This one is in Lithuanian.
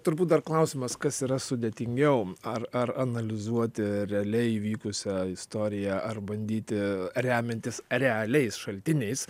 turbūt dar klausimas kas yra sudėtingiau ar ar analizuoti realiai įvykusią istoriją ar bandyti remiantis realiais šaltiniais